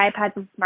iPads